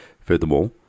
Furthermore